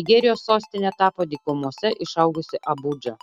nigerijos sostine tapo dykumose išaugusi abudža